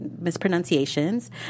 mispronunciations